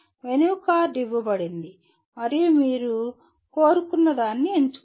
menu card ఇవ్వబడింది మరియు మీరు కోరుకున్నదాన్ని ఎంచుకోండి